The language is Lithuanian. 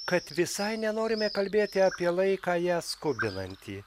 kad visai nenorime kalbėti apie laiką ją skubinantį